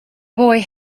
boy